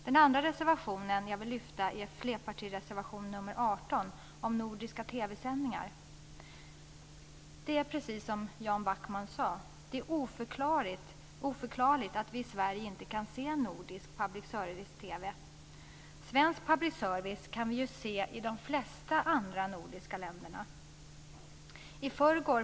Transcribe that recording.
Den andra reservationen som jag vill lyfta fram är flerpartireservation nr 18 om nordiska TV sändningar. Det är, precis som Jan Backman sade, oförklarligt att vi i Sverige inte kan se nordisk public service-TV. Svensk public service kan man ju se i de flesta nordiska länder.